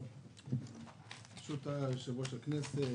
יושב-ראש הכנסת,